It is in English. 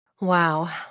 Wow